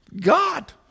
God